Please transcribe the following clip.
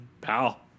pal